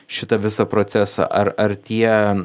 šitą visą procesą ar ar tie